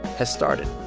has started